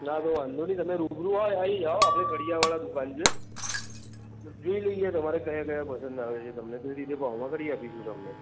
હા તો વાંધો નહીં તમે રૂબરૂ આવી જાઓ આપણે ફળીયાવાળા દુકાનમાં છે જોઈ લઈએ તમને કયા કયા પસંદ આવે છે તમને એ રીતે ભાવમાં કરી આપીશું તમને